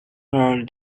her